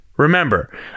Remember